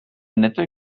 nette